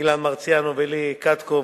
אילן מרסיאנו ולי קטקוב,